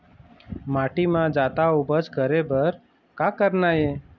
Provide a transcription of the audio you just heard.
माटी म जादा उपज करे बर का करना ये?